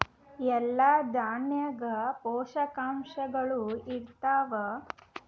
ಎಲ್ಲಾ ದಾಣ್ಯಾಗ ಪೋಷಕಾಂಶಗಳು ಇರತ್ತಾವ?